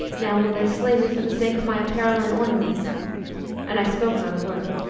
now will they slay me for the sake of my apparel and ornaments and i spoke not a word.